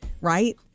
right